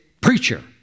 preacher